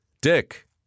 Dick